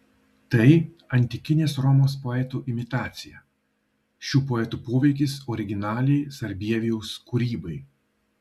tai antikinės romos poetų imitacija šių poetų poveikis originaliai sarbievijaus kūrybai